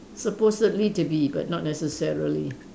supposedly to be but not necessarily